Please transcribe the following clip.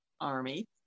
army